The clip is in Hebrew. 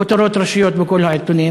כותרות ראשיות בכל העיתונים,